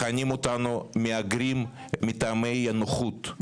מכנים אותנו מהגרים מטעמי נוחות.